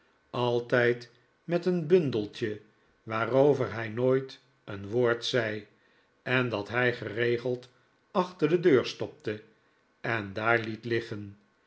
altijd met een bundeltje waarover hij nooit een woord zei en dat hij geregeld achter de deur stopte en daar liet liggen